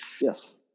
Yes